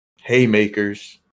haymakers